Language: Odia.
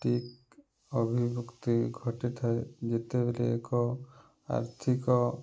ଠିକ୍ ଅଭିଭୁକ୍ତି ଘଟିଥାଏ ଯେତେବେଲେ ଏକ ଆର୍ଥିକ